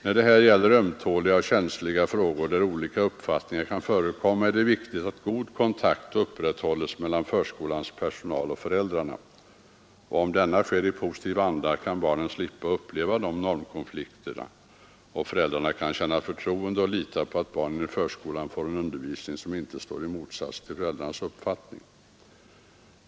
När det gäller ömtåliga och känsliga frågor där olika uppfattningar kan förekomma är det viktigt att god kontakt upprätthålles mellan förskolans personal och föräldrarna. Om denna sker i positiv anda kan barnen slippa uppleva normkonflikter, och föräldrarna kan känna förtroende och lita på att barnen i förskolan får en undervisning, som inte står i motsats till föräldrarnas uppfattning.